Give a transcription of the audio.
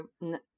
no